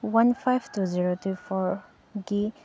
one five two zero two ꯐꯣꯔꯒꯤ